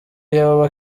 yoba